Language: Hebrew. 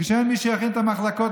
כשאין מי שיכין את המחלקות,